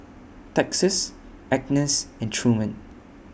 Texas Agness and Truman